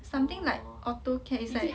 something like auto-cad it's like